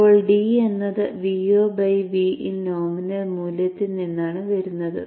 ഇപ്പോൾ d എന്നത് Vo Vin nominal മൂല്യത്തിൽ നിന്നാണ് വരുന്നത്